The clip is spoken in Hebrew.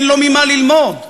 אין לו ממה ללמוד,